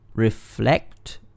reflect